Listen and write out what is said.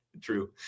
True